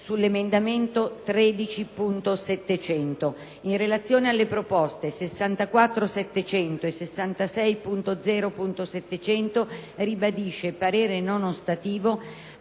sull'emendamento 13.700. In relazione alle proposte 64.700 e 66.0.700 ribadisce parere non ostativo,